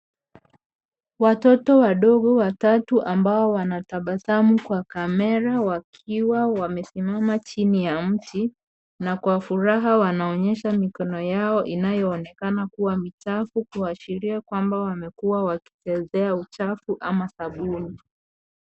Watoto wadogo watatu ambao wanatabasamu kwa kamera wakiwa wamesimama chini ya mti na kwa furaha wanaonyesha mikono yao inayoonekana kuwa michafu kuashiria kwamba wamekuwa wakichezea uchafu ama sabuni.